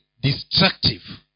Destructive